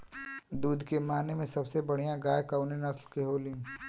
दुध के माने मे सबसे बढ़ियां गाय कवने नस्ल के होली?